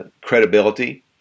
credibility